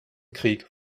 krieg